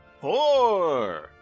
Four